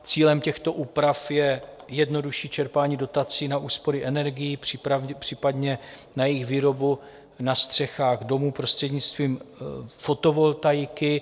Cílem těchto úprav je jednodušší čerpání dotací na úspory energií, případně na jejich výrobu na střechách domů prostřednictvím fotovoltaiky.